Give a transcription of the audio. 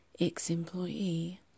ex-employee